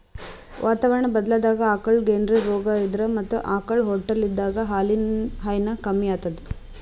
ವಾತಾವರಣಾ ಬದ್ಲಾದಾಗ್ ಆಕಳಿಗ್ ಏನ್ರೆ ರೋಗಾ ಇದ್ರ ಮತ್ತ್ ಆಕಳ್ ಹೊಟ್ಟಲಿದ್ದಾಗ ಹಾಲಿನ್ ಹೈನಾ ಕಮ್ಮಿ ಆತದ್